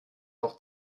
noch